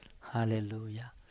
Hallelujah